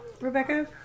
Rebecca